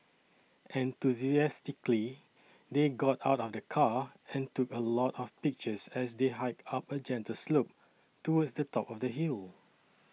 enthusiastically they got out of the car and took a lot of pictures as they hiked up a gentle slope towards the top of the hill